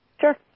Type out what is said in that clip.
Sure